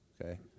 Okay